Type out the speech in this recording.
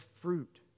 fruit